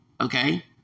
Okay